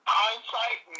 hindsight